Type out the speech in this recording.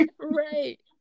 Right